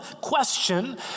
question